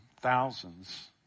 thousands